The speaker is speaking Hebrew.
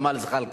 זחאלקה.